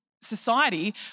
society